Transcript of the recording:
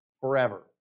forever